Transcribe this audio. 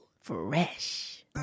Fresh